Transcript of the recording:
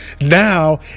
Now